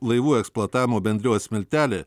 laivų eksploatavimo bendrijos smiltelė